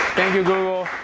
thank you, google.